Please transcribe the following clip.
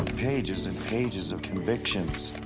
pages and pages of convictions.